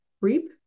reap